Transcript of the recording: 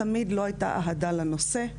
תמיד לא הייתה אהדה לנושא,